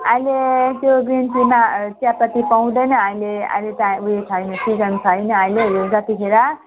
अहिले त्यो green tea मा चियापत्ती पाउँदैन अहिले अहिले त ऊ यो छैन सिजन छैन हिउँदोतिर